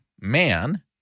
man